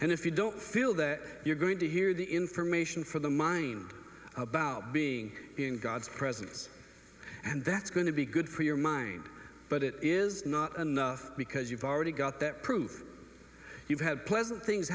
and if you don't feel that you're going to hear the information for the mind about being in god's presence and that's going to be good for your mind but it is not enough because you've already got that prove you've had pleasant things